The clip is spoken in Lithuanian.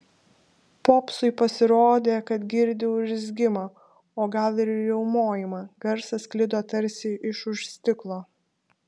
popsui pasirodė kad girdi urzgimą o gal ir riaumojimą garsas sklido tarsi iš už stiklo